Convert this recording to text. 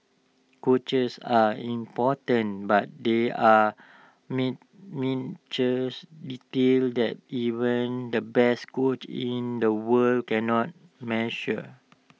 coaches are important but there are mint details that even the best coach in the world cannot measure